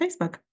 Facebook